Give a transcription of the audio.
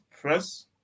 press